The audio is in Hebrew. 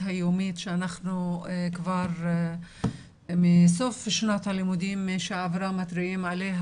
היומית שאנחנו מסוף שנת הלימודים שעברה מתריעים עליה.